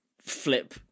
flip